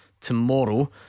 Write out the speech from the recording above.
tomorrow